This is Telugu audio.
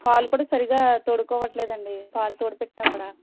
పాలు కూడా సరిగా తోడుకోవట్లేదండి పాలు తోడు పెట్టినా కూడా